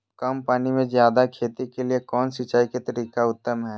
कम पानी में जयादे खेती के लिए कौन सिंचाई के तरीका उत्तम है?